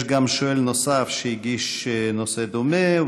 יש גם שואל נוסף שהגיש שאילתה בנושא דומה,